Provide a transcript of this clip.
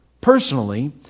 personally